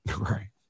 Right